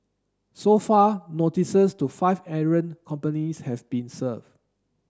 so far notices to five errant companies have been served